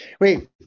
Wait